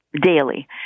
daily